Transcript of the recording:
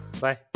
bye